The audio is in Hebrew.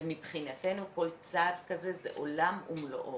ומבחינתנו כל צעד כזה זה עולם ומלואו.